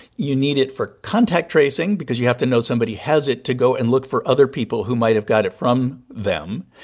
you need it for contact tracing because you have to know somebody has it to go and look for other people who might have got it from them.